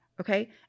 Okay